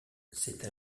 c’est